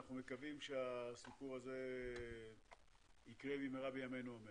אנו מקווים שהסיפור הזה יקרה במהרה בימינו, אמן.